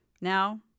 Now